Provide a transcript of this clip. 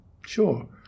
sure